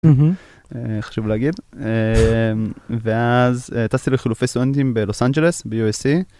חשוב להגיד ואז טסתי לחילופי סטודנטים בלוס אנג'לס בUSE.